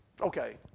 Okay